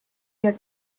your